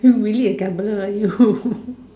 you really a gambler ah you